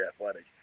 athletic